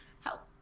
help